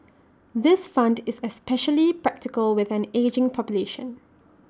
this fund is especially practical with an ageing population